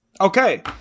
Okay